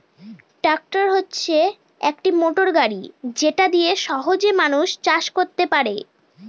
tractor হচ্ছে একটি motor গাড়ি যেটা দিয়ে সহজে মানুষ চাষ করতে পারে